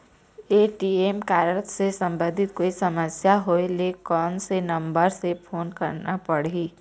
ATM card से संबंधित कोई समस्या होय ले, कोन से नंबर से फोन करना पढ़ही?